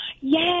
Yes